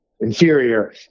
inferior